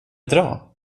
dra